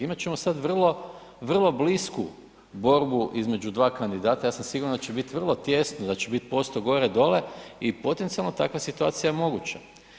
Imati ćemo sad vrlo blisku borbu između dva kandidata, ja sam siguran da će biti vrlo tijesno, da će biti posto gore dole i potencijalno takva situacija je moguća.